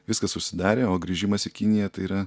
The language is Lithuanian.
viskas užsidarė o grįžimas į kiniją tai yra